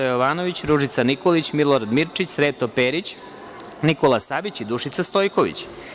Jovanović, Ružica Nikolić, Milorad Mirčić, Sreto Perić, Nikola Savić i Dušica Stojković.